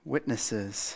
Witnesses